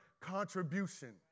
contribution